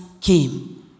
came